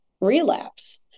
relapse